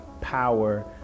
power